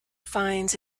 finds